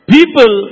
People